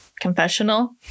confessional